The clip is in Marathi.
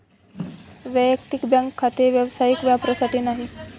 वैयक्तिक बँक खाते व्यावसायिक वापरासाठी नाही